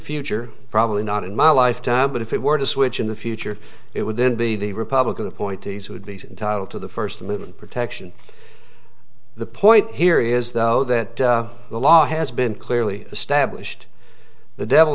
future probably not in my lifetime but if it were to switch in the future it would then be the republican appointees who would be entitled to the first movement protection the point here is though that the law has been clearly established the devil